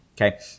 okay